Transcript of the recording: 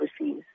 overseas